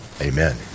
amen